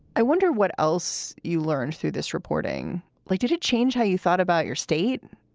i wonder what else you learned through this reporting. like did it change how you thought about your state?